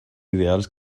ideals